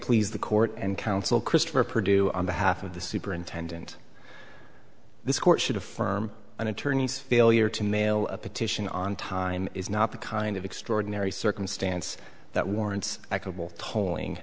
please the court and counsel christopher produced on behalf of the superintendent this court should affirm an attorney's failure to mail a petition on time is not the kind of extraordinary circumstance that warrants i coble tolling